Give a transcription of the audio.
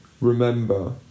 remember